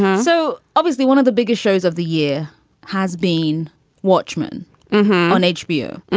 so obviously one of the biggest shows of the year has been watchmen on hbo.